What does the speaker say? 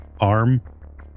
arm